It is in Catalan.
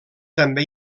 també